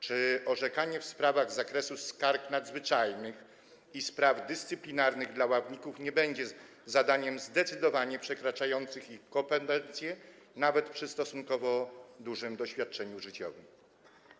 Czy orzekanie w sprawach zakresu skarg nadzwyczajnych i spraw dyscyplinarnych dla ławników nie będzie zadaniem zdecydowanie przekraczających ich kompetencje, nawet przy stosunkowo dużym doświadczeniu życiowym?